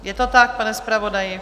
Je to tak, pane zpravodaji?